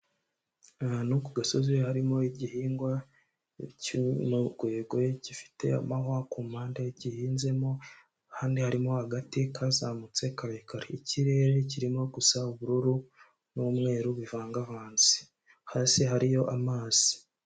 Ahantu ku gasozi harimo igihingwa cy'umugwegwe gifite amahwa ku mpande gihinzemo ahandi harimo agati kazamutse karekare ikirere kirimo gusa ubururu n'umweru bivangavanze hasi hariyo amazi.